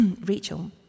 Rachel